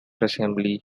assembly